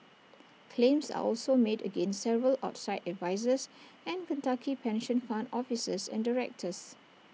claims are also made against several outside advisers and Kentucky pension fund officers and directors